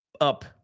up